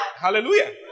Hallelujah